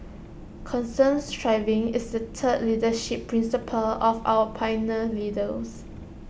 constant striving is the third leadership principle of our pioneer leaders